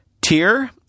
Tier